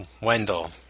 Wendell